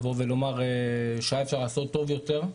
לבוא ולומר שהיה אפשר לעשות טוב יותר,